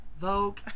vogue